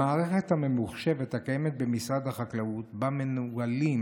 במערכת הממוחשבת שקיימת במשרד החקלאות ושבה מנוהלים